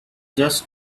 just